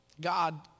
God